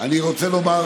אני רוצה לומר